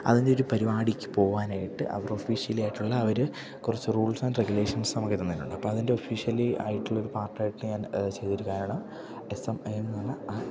അതിന്റെയൊരു പരിപാടിക്ക് പോകാനായിട്ട് അവരുടെ ഒഫീഷ്യലി ആയിട്ടുള്ള ആ അവര് കുറച്ച് റൂൾസ് ആൻഡ് റെഗുലേഷൻസ് നമുക്ക് തന്നിട്ടുണ്ട് അപ്പോള് അതിൻ്റെ ഒഫീഷ്യലി ആയിട്ടുള്ളൊരു പാർട്ടായിട്ട് ഞാൻ ചെയ്തൊരു കാരണം എസ് എം എ എന്നുപറഞ്ഞ ആ